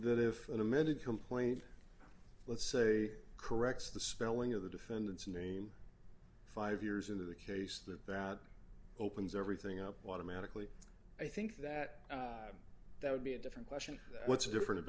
that if an amended complaint let's say corrects the spelling of the defendant's name five years into the case that that opens everything up water magically i think that that would be a different question what's different